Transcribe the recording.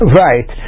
right